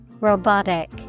Robotic